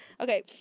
okay